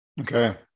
Okay